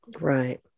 right